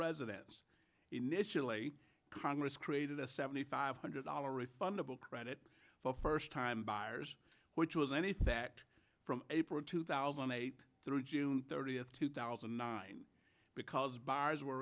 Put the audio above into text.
residence initially congress created a seventy five hundred dollars refundable credit for first time buyers which was anything that from april two thousand and eight through june thirtieth two thousand and nine because buyers were